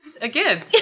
Again